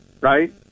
right